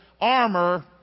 armor